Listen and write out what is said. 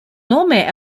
nome